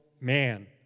man